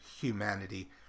humanity